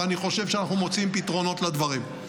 ואני חושב שאנחנו מוצאים פתרונות לדברים.